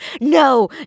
no